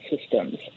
systems